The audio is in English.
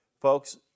Folks